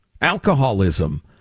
alcoholism